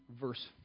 verse